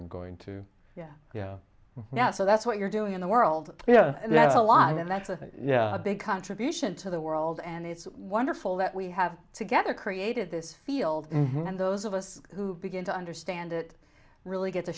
i'm going to yeah yeah now so that's what you're doing in the world you know that's a lot and that's a big contribution to the world and it's wonderful that we have together created this field and those of us who begin to understand it really get